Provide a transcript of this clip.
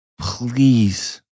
Please